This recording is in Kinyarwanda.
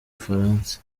bufaransa